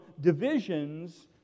divisions